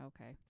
Okay